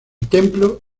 templo